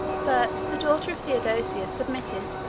but the daughter of theodosius submitted,